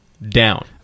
Down